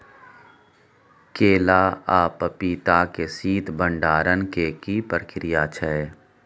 केला आ पपीता के शीत भंडारण के की प्रक्रिया छै?